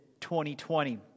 2020